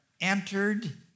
entered